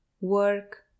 work